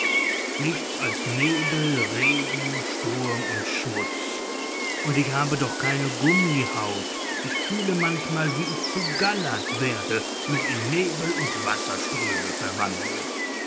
nichts als nebel regen sturm und schmutz und ich habe doch keine gummihaut ich fühle manchmal wie ich zu gallert werde mich in nebel und wasserströme verwandle